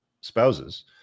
spouses